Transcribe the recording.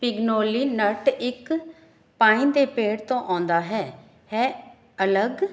pignoli nut ਇੱਕ pine ਦੇ ਪੇੜ ਤੋਂ ਆਉਂਦਾ ਹੈ ਹੈ ਅਲੱਗ